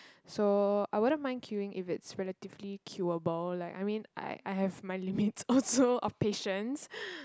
so I wouldn't mind queuing if it's relatively queuable like I mean I I have my limits or so of patience